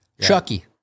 Chucky